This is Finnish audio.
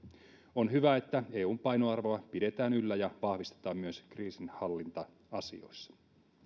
on hyvä että eun painoarvoa pidetään yllä ja vahvistetaan myös kriisinhallinta asioissa